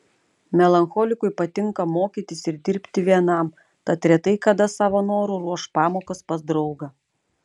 melancholikui patinka mokytis ir dirbti vienam tad retai kada savo noru ruoš pamokas pas draugą